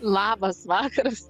labas vakaras